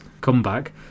comeback